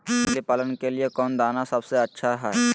मछली पालन के लिए कौन दाना सबसे अच्छा है?